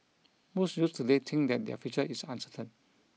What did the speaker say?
most youths today think that their future is uncertain